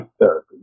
therapy